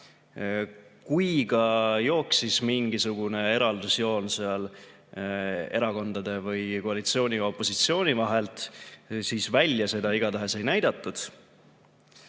Kui ka jooksis mingisugune eraldusjoon erakondade või koalitsiooni ja opositsiooni vahel, siis välja seda igatahes ei näidatud.